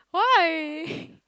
why